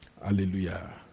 Hallelujah